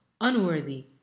unworthy